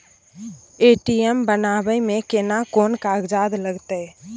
ATM बनाबै मे केना कोन कागजात लागतै?